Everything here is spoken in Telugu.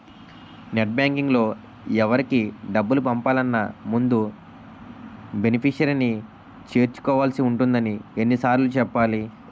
నెట్ బాంకింగ్లో ఎవరికి డబ్బులు పంపాలన్నా ముందు బెనిఫిషరీని చేర్చుకోవాల్సి ఉంటుందని ఎన్ని సార్లు చెప్పాలి